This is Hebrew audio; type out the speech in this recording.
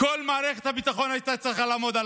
כל מערכת הביטחון הייתה צריכה לעמוד על